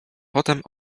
potem